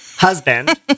husband